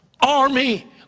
army